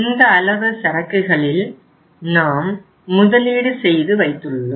இந்த அளவு சரக்குகளில் நாம் முதலீடு செய்து வைத்துள்ளோம்